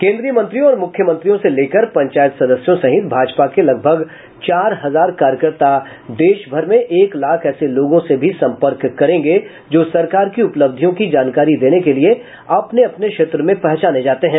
केन्द्रीय मंत्रियों और मुख्यमंत्रियों से लेकर पंचायत सदस्यों सहित भाजपा के लगभग चार हजार कार्यकर्ता देश भर में एक लाख ऐसे लोगों से भी सम्पर्क करेंगे जो सरकार की उपलब्धियों की जानकारी देने के लिए अपने अपने क्षेत्र में पहचाने जाते हैं